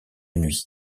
nuit